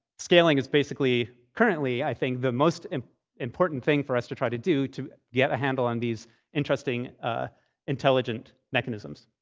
scaling is basically currently, i think, the most important thing for us to try to do to get a handle on these interesting intelligent mechanisms.